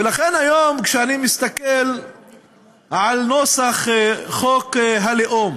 ולכן, היום, כשאני מסתכל על נוסח חוק הלאום